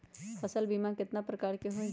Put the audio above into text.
फसल बीमा कतना प्रकार के हई?